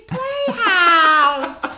Playhouse